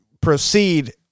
proceed